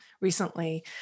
recently